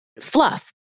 fluff